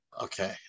Okay